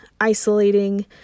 isolating